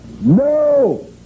No